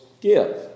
give